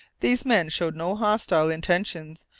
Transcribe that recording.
these men showed no hostile intentions,